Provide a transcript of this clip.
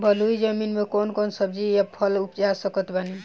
बलुई जमीन मे कौन कौन सब्जी या फल उपजा सकत बानी?